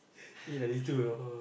he ninety two you know